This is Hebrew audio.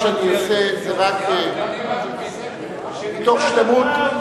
כל מה שאני עושה זה רק מתוך שלמות,